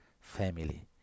family